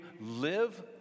live